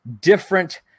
different